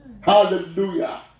Hallelujah